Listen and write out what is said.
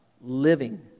Living